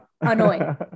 annoying